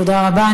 תודה רבה.